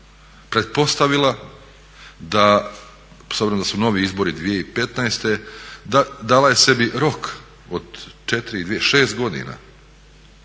pretpostavila da, s obzirom da su novi izbori 2015. dala je sebi rok od 6 godina,